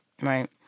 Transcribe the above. right